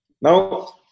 Now